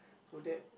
who that